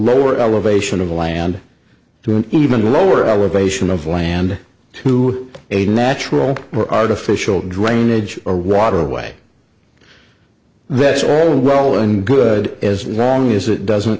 lower elevation of the land to an even lower elevation of land to a natural or artificial drainage or waterway that's all roland good as long as it doesn't